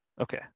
Okay